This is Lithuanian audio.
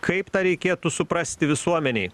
kaip tą reikėtų suprasti visuomenei